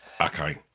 Okay